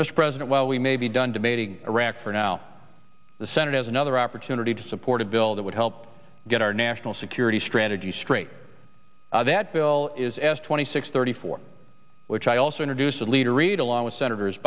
mr president while we may be done debating iraq for now the senate has another opportunity to support a bill that would help get our national security strategy straight that bill is s twenty six thirty four which i also introduce a leader reid along with senators